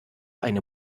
eine